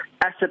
asset